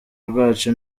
rwacu